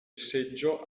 seggio